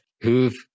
who've